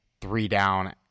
three-down